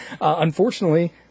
Unfortunately